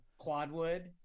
quadwood